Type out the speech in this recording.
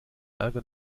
ärger